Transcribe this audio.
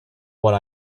what